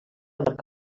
marc